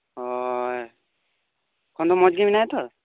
ᱚᱻ ᱮᱠᱷᱚᱱ ᱫᱚ ᱢᱚᱡᱽ ᱜᱮ ᱢᱮᱱᱟᱭᱟ ᱛᱚ